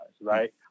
right